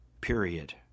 Period